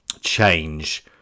Change